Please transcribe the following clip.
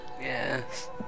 yes